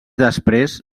després